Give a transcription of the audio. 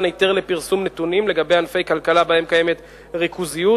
היתר לפרסום נתונים לגבי ענפי כלכלה שבהם קיימת ריכוזיות